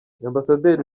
ambasaderi